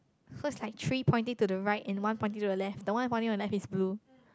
so is like three pointing to the right and one pointing to the left the one pointing on the left is blue